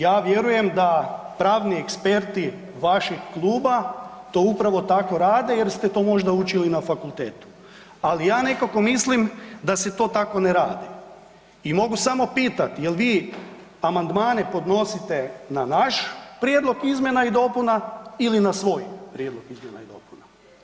Dakle, ja vjerujem da pravni eksperti vašeg kluba to upravo tako rade jer ste to možda učili na fakulteti ali ja nekako mislim da se to tako ne radi i mogu samo pitat jel vi amandmane podnosite na naš prijedlog izmjena i dopuna ili na svoj prijedlog izmjena i dopuna?